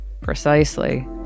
precisely